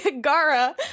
gara